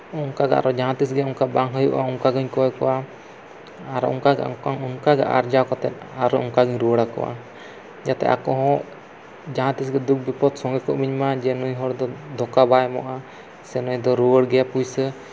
ᱚᱱᱠᱟᱫᱚ ᱟᱨᱦᱚᱸ ᱡᱟᱦᱟᱸ ᱛᱤᱥᱜᱮ ᱵᱟᱝ ᱦᱩᱭᱩᱜᱼᱟ ᱚᱱᱠᱟᱜᱮᱧ ᱠᱚᱭ ᱠᱚᱣᱟ ᱟᱨ ᱚᱱᱠᱟᱜᱮ ᱟᱨᱡᱟᱣ ᱠᱟᱛᱮᱫ ᱟᱨ ᱚᱱᱠᱟᱜᱮᱧ ᱨᱩᱣᱟᱹᱲ ᱟᱠᱚᱣᱟ ᱡᱟᱛᱮ ᱟᱠᱚᱦᱚᱸ ᱡᱟᱦᱟᱸ ᱛᱤᱥᱜᱮ ᱫᱩᱠᱷᱼᱵᱤᱯᱚᱫᱽ ᱥᱚᱸᱜᱮ ᱠᱚ ᱤᱢᱟᱹᱧ ᱢᱟ ᱱᱩᱭ ᱦᱚᱲᱫᱚ ᱫᱷᱳᱠᱟ ᱵᱟᱭ ᱮᱢᱚᱜᱼᱟ ᱥᱮ ᱱᱩᱭᱫᱚ ᱨᱩᱣᱟᱹᱲ ᱜᱮᱭᱟᱭ ᱯᱩᱭᱥᱟᱹ